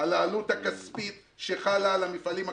על העלות הכספית שחלה על המפעלים הקטנים.